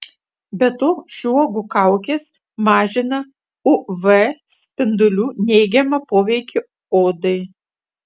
be to šių uogų kaukės mažina uv spindulių neigiamą poveikį odai